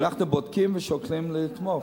ואנחנו בודקים ושוקלים לתמוך.